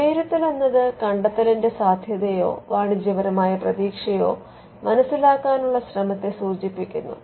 വിലയിരുത്തൽ എന്നത് കണ്ടെത്തലിന്റെ സാധ്യതയോ വാണിജ്യപരമായ പ്രതീക്ഷയോ മനസ്സലിക്കാനുള്ള ശ്രമത്തെ സൂചിപ്പിക്കുന്നു